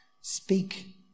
speak